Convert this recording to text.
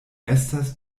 estas